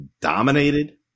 dominated